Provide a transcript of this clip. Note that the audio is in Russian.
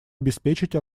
обеспечить